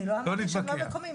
אני לא אמרתי שהם לא מקומיים.